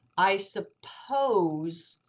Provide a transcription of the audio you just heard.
i suppose